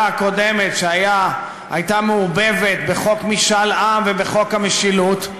הקודמת שהייתה מעורבבת בחוק משאל עם ובחוק המשילות,